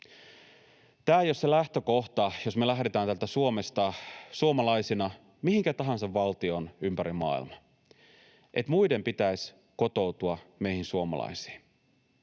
Tämä ei ole se lähtökohta, jos me lähdetään täältä Suomesta suomalaisina mihinkä tahansa valtioon ympäri maailman, että muiden pitäisi kotoutua meihin suomalaisiin.